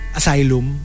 asylum